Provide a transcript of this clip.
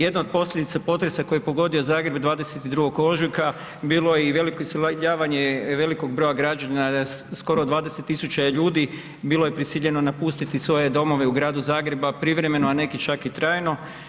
Jedno od posljedica potresa koji je pogodio Zagreb 22. ožujka bilo je i veliko iseljavanje velikog broja građana, skoro 20 000 je ljudi bilo je prisiljeno napustiti svoje domove u Gradu Zagrebu, a privremeno, a neki čak i trajno.